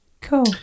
Cool